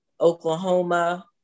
Oklahoma